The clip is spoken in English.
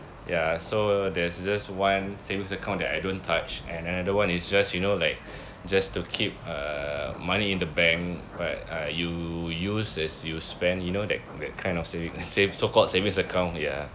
ya so there's just one savings account that I don't touch and another one is just you know like just to keep uh money in the bank but uh you use as you spend you know that that kind of saving save so called savings account ya